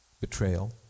betrayal